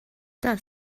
das